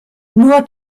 nur